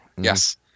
yes